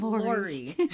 Lori